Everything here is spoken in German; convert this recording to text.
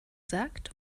sagt